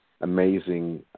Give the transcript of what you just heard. amazing